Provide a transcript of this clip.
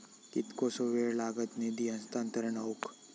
कितकोसो वेळ लागत निधी हस्तांतरण हौक?